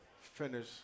finish